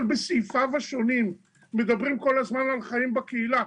אבל בסעיפיו השונים מדברים כל הזמן על חיים בקהילה,